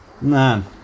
Man